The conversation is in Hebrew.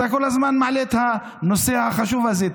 אתה כל הזמן מעלה את הנושא החשוב הזה,